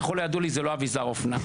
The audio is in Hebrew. ככל הידוע לי זה לא אביזר אופנה.